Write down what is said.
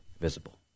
visible